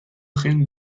règne